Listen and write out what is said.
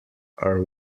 are